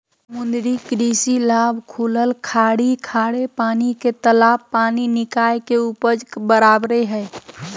समुद्री कृषि लाभ खुलल खाड़ी खारे पानी के तालाब पानी निकाय के उपज बराबे हइ